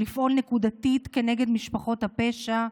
לפעול נקודתית כנגד משפחות הפשע,